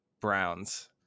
Browns